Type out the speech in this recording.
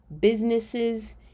Businesses